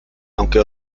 aunque